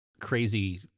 Crazy